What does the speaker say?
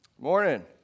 morning